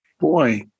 Boy